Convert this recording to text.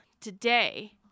today